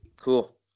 Cool